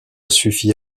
suffit